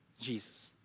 Jesus